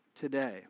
today